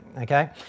okay